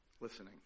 Listening